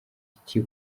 iki